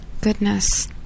Goodness